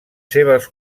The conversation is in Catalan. seves